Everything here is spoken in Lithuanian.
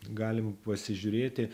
galim pasižiūrėti